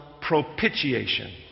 propitiation